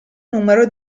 numero